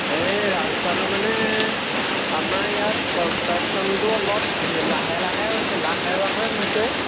অঁ এই ৰাস্তাটো মানে আমাৰ ইয়াত কনষ্ট্ৰাকশ্যনটো অলপ লাহে লাহে হৈছে লাহে লাহে হৈছে